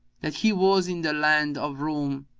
that he was in the land of roum,